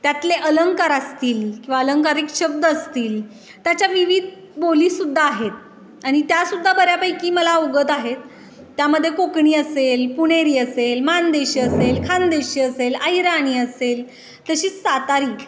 त्यातले अलंकार असतील किंवा अलंकारिक शब्द असतील त्याच्या विविध बोलीसुद्धा आहेत आणि त्यासुद्धा बऱ्यापैकी मला अवगत आहेत त्यामध्ये कोकणी असेल पुणेरी असेल माणदेशी असेल खानदेशी असेल अहिराणी असेल तशीच सातारी